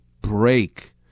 break